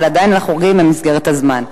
אבל עדיין אנחנו חורגים ממסגרת הזמן.